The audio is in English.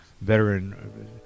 veteran